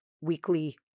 weekly